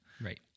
Right